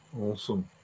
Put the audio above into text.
Awesome